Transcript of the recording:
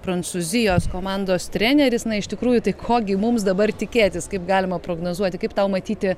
prancūzijos komandos treneris na iš tikrųjų tai ko gi mums dabar tikėtis kaip galima prognozuoti kaip tau matyti